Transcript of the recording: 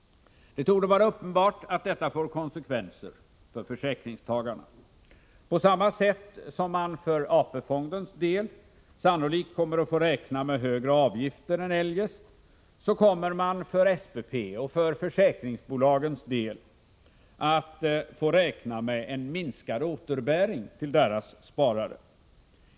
Det torde vara uppenbart att detta får konsekvenser för försäkringstagarna. På samma sätt som man för AP-fondens del sannolikt kommer att få räkna med högre avgifter än eljest, kommer man för SPP:s och för försäkringsbolagens del att få räkna med en minskad återbäring till spararna.